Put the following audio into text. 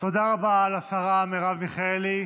תודה רבה לשרה מרב מיכאלי.